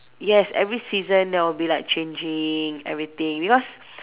yes every season there will be like changing everything because